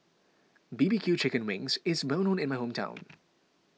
B B Q Chicken Wings is well known in my hometown